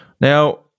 Now